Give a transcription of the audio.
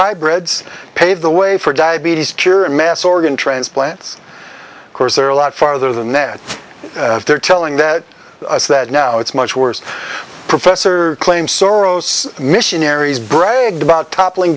hybrids pave the way for diabetes cure and mass organ transplants course there are a lot farther than that they're telling that us that now it's much worse professor claims soros missionaries bragged about toppling